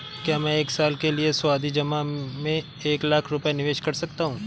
क्या मैं एक साल के लिए सावधि जमा में एक लाख रुपये निवेश कर सकता हूँ?